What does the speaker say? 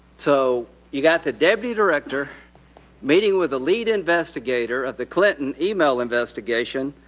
so you got the deputy director meeting with the lead investigator of the clinton email investigation,